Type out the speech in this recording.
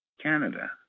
Canada